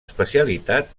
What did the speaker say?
especialitat